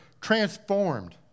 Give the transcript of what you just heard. transformed